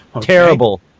Terrible